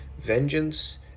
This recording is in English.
Vengeance